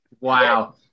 wow